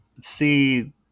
see